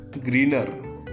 greener